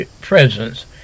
presence